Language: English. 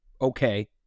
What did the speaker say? okay